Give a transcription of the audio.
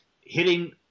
hitting